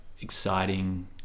exciting